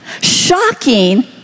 shocking